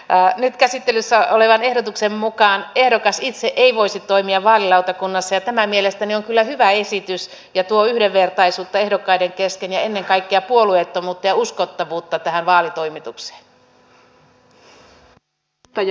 nyt käsittelyssä olevan ehdotuksen mukaan ehdokas itse ei voisi toimia vaalilautakunnassa ja tämä mielestäni on kyllä hyvä esitys ja tuo yhdenvertaisuutta ehdokkaiden kesken ja ennen kaikkea puolueettomuutta ja uskottavuutta tähän vaalitoimitukseen